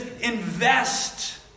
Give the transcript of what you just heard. invest